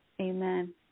Amen